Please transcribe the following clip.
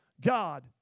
God